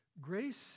Grace